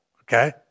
okay